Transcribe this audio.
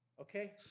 Okay